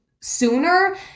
sooner